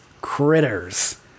Critters